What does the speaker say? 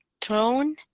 Throne